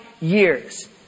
years